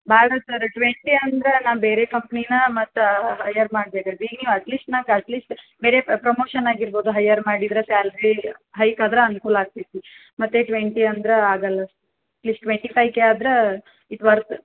ಬ್ಯಾಡ sir twenty ಅಂದ್ರ ನಾ ಬೇರೆ ಕಂಪ್ನಿನ ಮತ್ತು ಹೈಯರ್ ಮಾಡ್ಬೇಕೈತು ನೀವು ಅಟ್ಲಿಸ್ಟ್ ನಂಗೆ ಅಟ್ಲಿಸ್ಟ್ ಬೇರೆ ಪ್ರಮೋಷನ್ ಆಗಿರ್ಬೋದು ಹೈಯರ್ ಮಾಡಿದ್ರ ಸ್ಯಾಲ್ರೀ ಹೈಕ್ ಆದ್ರ ಅನುಕೂಲ ಆಗ್ತೈತಿ ಮತ್ತು ಟ್ವೆಂಟಿ ಅಂದ್ರ ಆಗಲ್ಲ sir at least twenty five K ಆದ್ರಾ ಇಟ್ ವರ್ತ್